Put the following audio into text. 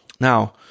Now